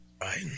Right